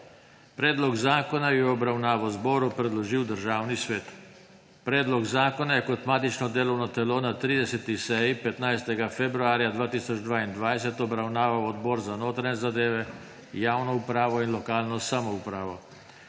Predlog zakona je v obravnavo Državnemu zboru predložil Državni svet. Predlog zakona je kot matično delovno telo na 30. seji 15. februarja 2022 obravnaval Odbor za notranje zadeve, javno upravo in lokalno samoupravo.